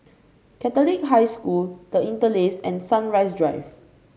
Catholic High School The Interlace and Sunrise Drive